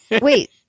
Wait